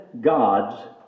God's